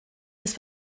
des